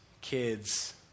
kids